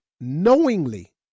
knowingly